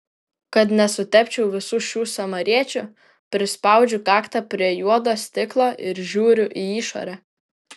kad nesutepčiau visų šių samariečių prispaudžiu kaktą prie juodo stiklo ir žiūriu į išorę